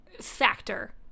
factor